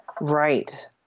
Right